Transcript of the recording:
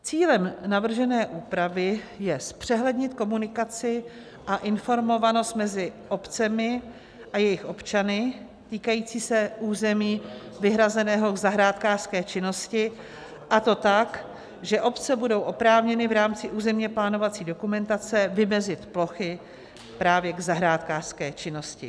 Cílem navržené úpravy je zpřehlednit komunikaci a informovanost mezi obcemi a jejich občany týkající se území vyhrazeného k zahrádkářské činnosti, a to tak, že obce budou oprávněny v rámci územně plánovací dokumentace vymezit plochy právě k zahrádkářské činnosti.